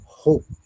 hope